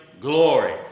Glory